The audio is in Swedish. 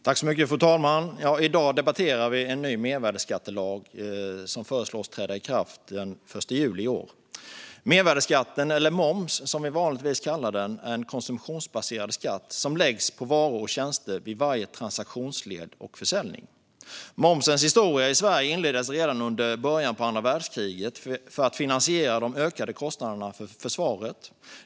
Fru talman! I dag debatterar vi en ny mervärdesskattelag som föreslås träda i kraft den 1 juli i år. Mervärdesskatten, eller moms som vi vanligtvis kallar den, är en konsumtionsbaserad skatt som läggs på varor och tjänster vid varje transaktionsled och försäljning. Momsens historia i Sverige inleddes redan under början av andra världskriget för att finansiera de ökade kostnaderna för försvaret.